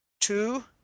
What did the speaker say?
two